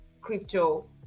crypto